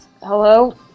hello